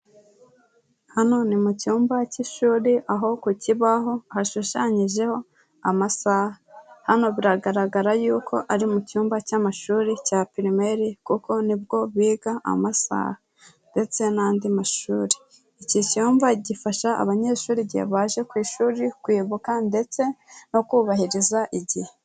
Hano ni mu cyumba cy'ishuri, aho ku kibaho hashushanyijeho amasaha, hano bigaragara y'uko ari mu cyumba cy'amashuri cya pirimeri kuko nibwo biga amasaha ndetse n'andi mashuri, iki cyumba gifasha abanyeshuri igihe baje ku ishuri kwibuka ndetse no kubahiriza igihe.